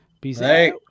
Peace